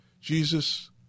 Jesus